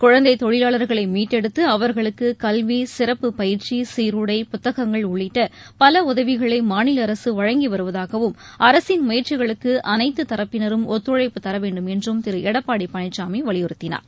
குழந்தை தொழிலாளர்களை மீட்டெடுத்து அவர்களுக்கு கல்வி சிறப்பு பயிற்சி சீருடை புத்தகங்கள் உள்ளிட்ட் பல உதவிகளை மாநில அரசு வழங்கி வருவதாகவும் அரசின் முயற்சிகளுக்கு அனைத்து தரப்பினரும் ஒத்துழைப்பு தரவேண்டும் என்றும் திரு எடப்பாடி பழனிசாமி வலியுறுத்தியுள்ளார்